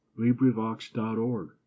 LibriVox.org